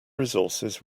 resources